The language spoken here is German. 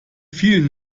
vielen